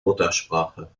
muttersprache